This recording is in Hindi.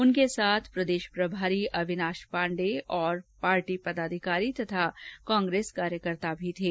उनके साथ प्रदेश प्रभारी अविनाश पाण्डे और पदाधिकारी और कांग्रेस कार्यकर्ता भी थे